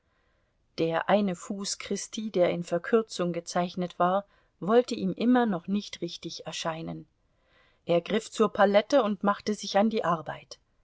der eine fuß christi der in verkürzung gezeichnet war wollte ihm immer noch nicht richtig erscheinen er griff zur palette und machte sich an die arbeit